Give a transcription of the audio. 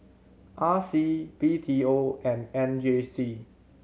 R C B T O and M J C